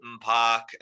Park